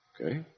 Okay